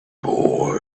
boy